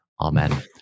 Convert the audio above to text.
Amen